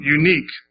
unique